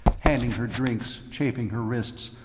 handing her drinks, chaffing her wrists,